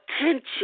attention